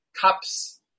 cups